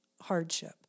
hardship